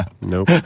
nope